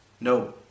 No